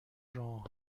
راه